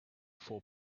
four